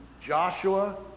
Joshua